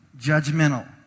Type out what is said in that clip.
judgmental